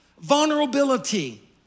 vulnerability